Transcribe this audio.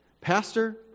Pastor